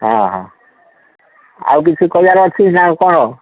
ହଁ ହଁ ଆଉ କିଛି କରିବାର ଅଛି ନା କ'ଣ